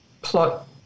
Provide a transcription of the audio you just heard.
plot